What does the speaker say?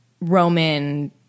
Roman